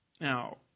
Now